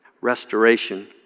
restoration